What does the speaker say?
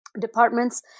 departments